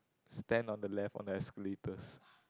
stand on the left on the escalators